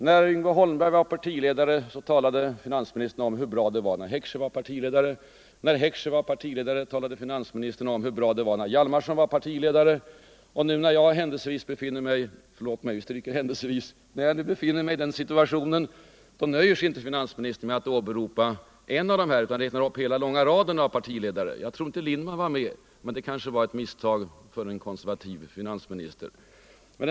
När Yngve Holmberg var partiledare talade finansministern om hur bra det var när Gunnar Heckscher var vår partiledare, och när Gunnar Heckscher var partiledare talade finansministern om hur bra det var när Jarl Hjalmarson var det. När nu jag befinner mig i den situationen nöjer sig finansministern inte med att åberopa en av våra tidigare partiledare, utan han räknar upp hela långa raden av dem. Jag tror inte att Arvid Lindman kom med, men det kanske var ett misstag från den konservative finansministern.